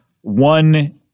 one